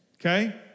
Okay